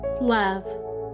love